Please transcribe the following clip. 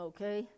Okay